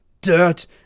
dirt